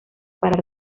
para